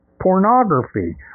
pornography